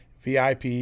VIP